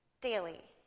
daily,